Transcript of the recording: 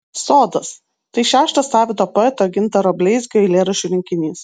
sodas tai šeštas savito poeto gintaro bleizgio eilėraščių rinkinys